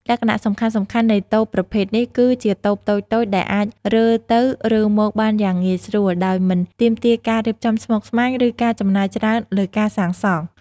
លក្ខណៈសំខាន់ៗនៃតូបប្រភេទនេះគឺ ជាតូបតូចៗដែលអាចរើទៅរើមកបានយ៉ាងងាយស្រួល ដោយមិនទាមទារការរៀបចំស្មុគស្មាញ ឬការចំណាយច្រើនលើការសាងសង់។